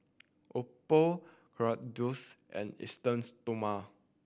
Oppo Kordel's and Esteem Stoma